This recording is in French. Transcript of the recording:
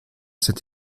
cette